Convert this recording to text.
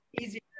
easier